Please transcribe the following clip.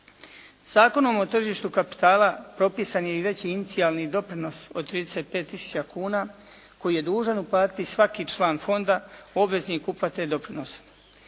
Zakonom o tržištu kapitala propisan je i veći inicijalni doprinos od 35 tisuća kuna koji je dužan uplatiti svaki član fonda, obveznik uplate doprinosa.